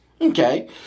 Okay